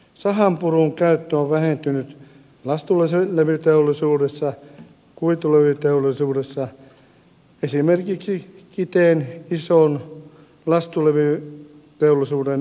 sahanpurun käyttö on vähentynyt lastulevyteollisuudessa ja kuitulevyteollisuudessa esimerkkinä kiteen ison lastulevytehtaan lopetus